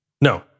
No